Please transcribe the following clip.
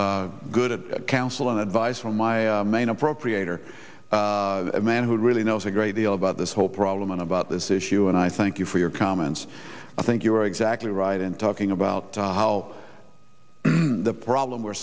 getting good at counsel and advice from my main appropriator a man who really knows a great deal about this whole problem and about this issue and i thank you for your comments i think you're exactly right in talking about how the problem we're